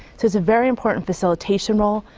it's a very important facilitation role,